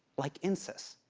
like insys.